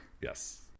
Yes